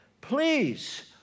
please